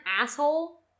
asshole